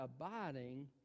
abiding